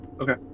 Okay